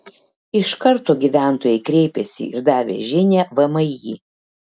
iš karto gyventojai kreipėsi ir davė žinią vmi